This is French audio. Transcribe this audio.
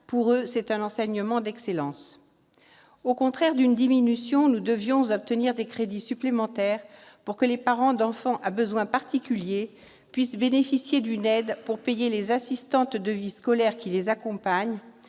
pour eux, c'est un enseignement d'excellence. Au contraire d'une diminution, nous devions obtenir des crédits supplémentaires pour que les parents d'enfants avec des besoins particuliers puissent bénéficier d'une aide pour payer les assistantes de vie scolaire qui les accompagnent.